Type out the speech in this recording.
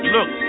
Look